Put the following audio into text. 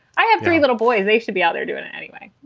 i have three little boys. they should be out there doing it anyway.